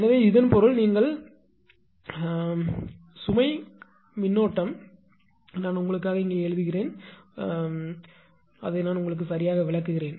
எனவே இதன் பொருள் நீங்கள் அழைக்கும் சுமை மின்னோட்டம்கரண்ட் நான் உங்களுக்காக இங்கே எழுதியது ஒன்றை நான் சரியாக விளக்குகிறேன்